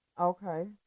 Okay